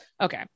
Okay